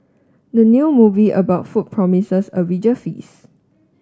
the new movie about food promises a visual feast